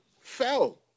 fell